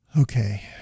Okay